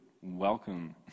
welcome